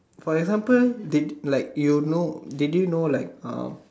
for example did like you know did you know like uh